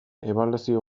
ebaluazio